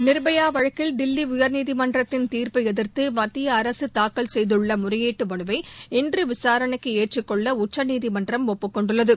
நிர்பயா வழக்கில் தில்லி உயர்நீதிமன்றத்தின் தீர்ப்பை எதிர்த்து மத்திய அரசு தூக்கல் செய்துள்ள முறையீட்டு மனுவை இன்று விசாரணைக்கு ஏற்றுக்கொள்ள உச்சநீதிமன்றம் ஒப்புக்கொண்டுள்ளது